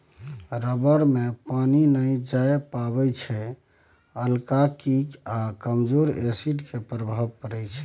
rubber मे पानि नहि जाए पाबै छै अल्काली आ कमजोर एसिड केर प्रभाव परै छै